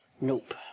Nope